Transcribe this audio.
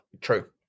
true